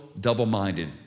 double-minded